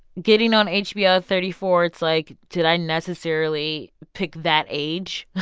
getting on hbo at thirty four, it's like, did i necessarily pick that age?